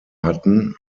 hatten